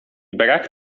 brak